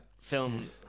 film